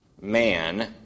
man